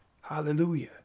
Hallelujah